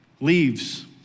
leaves